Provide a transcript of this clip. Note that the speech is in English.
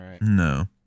no